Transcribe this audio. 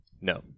No